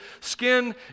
skin